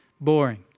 boring